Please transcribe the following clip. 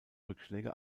rückschläge